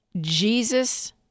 Jesus